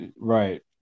right